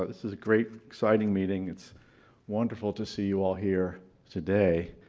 so this is a great, exciting meeting, it's wonderful to see you all here today.